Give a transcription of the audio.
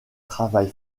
travail